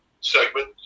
segment